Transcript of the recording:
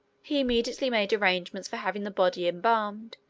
he immediately made arrangements for having the body embalmed,